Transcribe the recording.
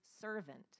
servant